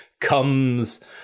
comes